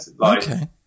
Okay